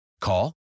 Call